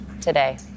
today